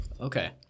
Okay